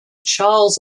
charles